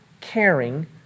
caring